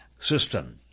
system